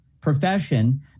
profession